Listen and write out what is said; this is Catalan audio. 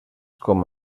com